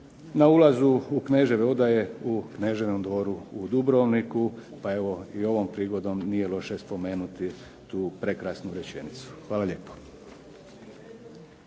na ulazu u kneževe odaje u Kneževom dvoru u Dubrovniku, pa evo, i ovom prigodom nije loše spomenuti tu prekrasnu rečenicu. Hvala lijepo.